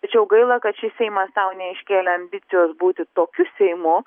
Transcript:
tačiau gaila kad šis seimas sau neiškelė ambicijos būti tokiu seimu